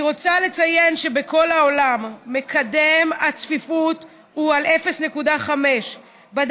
אני רוצה לציין שבכל העולם מקדם הצפיפות הוא 0.5 מטר.